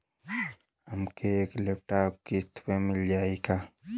हमके एक लैपटॉप किस्त मे मिल जाई का?